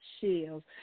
Shields